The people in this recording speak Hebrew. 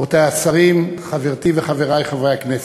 רבותי השרים, חברתי וחברי חברי הכנסת,